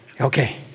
Okay